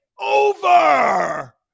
over